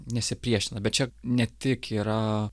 nesipriešina bet čia ne tik yra